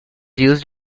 used